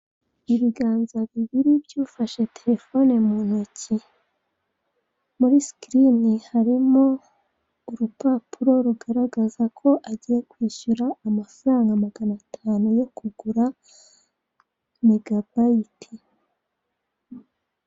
Ibiganza bibiri by'ufashe telefone mu ntoki, muri sikirini harimo urupapuro rugaragaza ko agiye kwishyura amafaranga magana atanu yo kugura megabayiti.